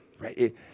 right